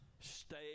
Stay